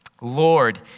Lord